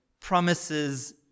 promises